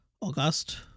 August